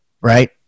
right